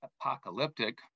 apocalyptic